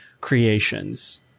creations